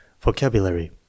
Vocabulary